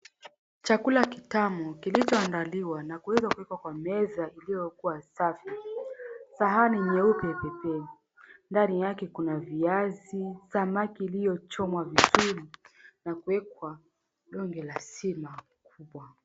Chakula kitamu kilichoandaliwa na kuweza kuwekwa kwa meza iliyokua safi. Sahani nyeupe peepee. Ndani yake kuna viazi, samaki iliyochomwa vizuri na kuwekwa donge la sima kubwa.